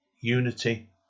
Unity